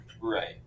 right